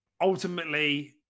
Ultimately